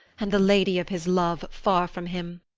and the lady of his love far from him,